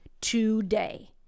today